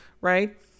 right